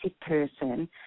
person